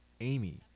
Amy